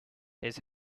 his